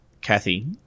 Kathy